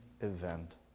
event